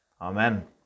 Amen